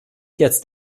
jetzt